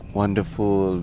wonderful